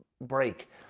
break